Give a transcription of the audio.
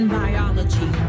biology